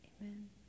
Amen